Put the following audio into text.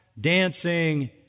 dancing